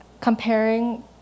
comparing